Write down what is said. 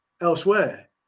elsewhere